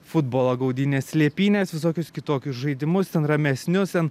futbolą gaudynes slėpynes visokius kitokius žaidimus ten ramesnius ten